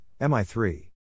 MI3